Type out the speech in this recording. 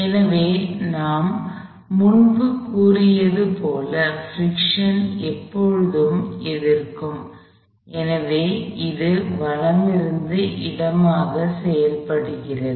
எனவே நாம் முன்பு கூறியது போல் பிரிக்க்ஷன் எப்போதும் எதிர்க்கும் எனவே அது வலமிருந்து இடமாக செயல்படுகிறது